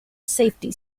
safety